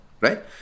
right